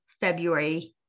February